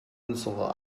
unserer